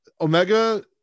Omega